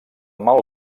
mal